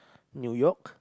New York